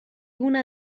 una